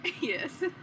Yes